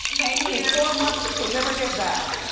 thank you. four months that she'll never get back,